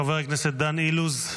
חבר הכנסת דן אילוז,